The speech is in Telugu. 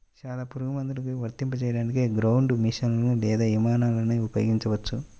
చాలా పురుగుమందులను వర్తింపజేయడానికి గ్రౌండ్ మెషీన్లు లేదా విమానాలను ఉపయోగించవచ్చు